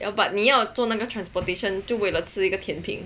ya but 你要做那个 transportation 就为了吃一个甜品